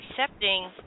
accepting